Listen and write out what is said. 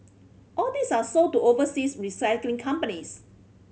all these are sold to overseas recycling companies